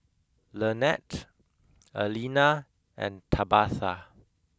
Lanette Alena and Tabatha